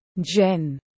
Jen